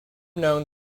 known